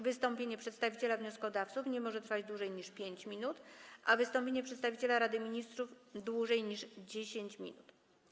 Wystąpienie przedstawiciela wnioskodawców nie może trwać dłużej niż 5 minut, a wystąpienie przedstawiciela Rady Ministrów - dłużej niż 10 minut.